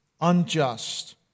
unjust